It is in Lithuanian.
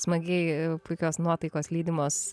smagiai puikios nuotaikos lydimos